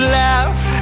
laugh